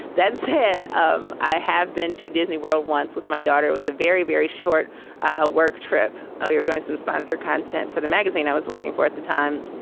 that said, um i have been to disney world once with my daughter. it was a very, very short ah work trip. oh, you're doing some sponsor content for the magazine i was working for at the time.